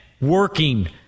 working